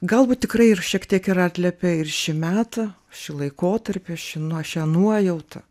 galbūt tikrai ir šiek tiek ir atliepia ir šį metą šį laikotarpį ši nu šią nuojautą